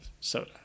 soda